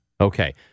Okay